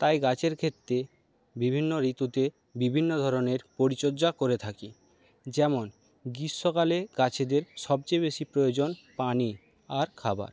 তাই গাছের ক্ষেত্রে বিভিন্ন ঋতুতে বিভিন্ন ধরনের পরিচর্যা করে থাকি যেমন গ্রীষ্মকালে গাছেদের সবচেয়ে বেশি প্রয়োজন পানি আর খাবার